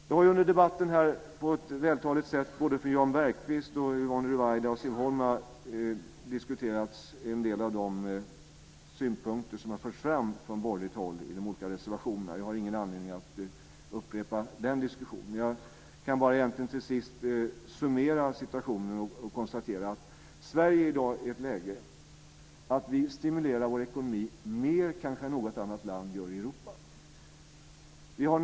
Det har här under debatten på ett vältaligt sätt från Jan Bergqvist, Yvonne Ruwaida och Siv Holma diskuterats en del av de synpunkter som förts fram i de borgerliga reservationerna. Jag har ingen anledning att upprepa den diskussionen. Men jag kan till sist göra en summering av situationen och konstatera att Sverige befinner sig i dag i det läget att vi stimulerar vår ekonomi kanske mer än vad något annat land i Europa gör.